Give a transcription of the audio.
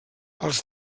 els